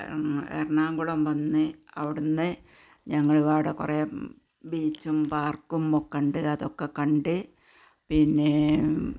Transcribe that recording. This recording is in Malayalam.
എറണാകുളം വന്ന് അവിടെ നിന്ന് ഞങ്ങള് അവടെ കുറേ ബീച്ചും പാര്ക്കും ഒക്കെയുണ്ട് അതൊക്കെ കണ്ട് പിന്നെ